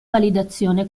validazione